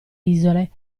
isole